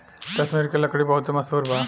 कश्मीर के लकड़ी बहुते मसहूर बा